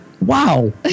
wow